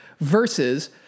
Versus